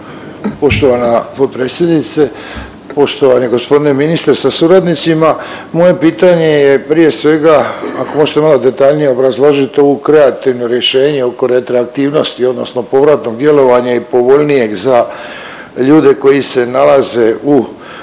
Poštovana potpredsjednice, poštovani g. ministre sa suradnicima. Moje pitanje je prije svega ako možete malo detaljnije obrazložit ovo kreativno rješenje oko retroaktivnosti odnosno povratnog djelovanja i povoljnijeg za ljude koji se nalaze u zakupu